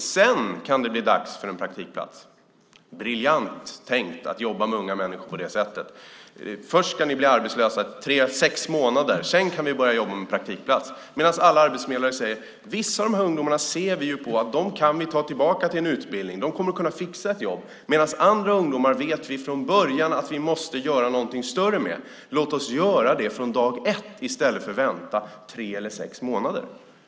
Sedan kan det bli dags för en praktikplats. Det är briljant tänkt att jobba med unga människor på det sättet: Först ska ni vara arbetslösa i tre eller sex månader. Sedan kan vi börja jobba med praktikplats. Samtidigt säger alla arbetsförmedlare: Vissa av dessa ungdomar ser vi att vi kan ta tillbaka till en utbildning. De kommer att kunna fixa ett jobb. Andra ungdomar vet vi från början att vi måste göra någonting större med. Låt oss göra det från dag ett i stället för att vänta tre eller sex månader!